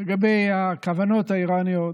לגבי הכוונות האיראניות